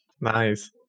Nice